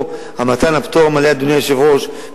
אדוני היושב-ראש,